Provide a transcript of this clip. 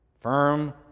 firm